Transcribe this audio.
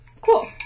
cool